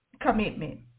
commitment